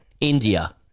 India